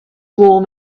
warm